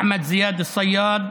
אחמד זיאד אל-סיאד,